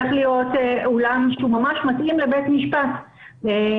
זה צריך להיות אולם שהוא ממש מתאים לבית משפט ושתהיה